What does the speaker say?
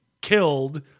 killed